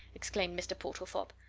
exclaimed mr. portlethorpe.